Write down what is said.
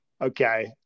Okay